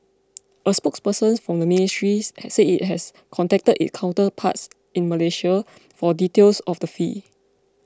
a spokesperson from the ministries said it has contacted its counterparts in Malaysia for details of the fee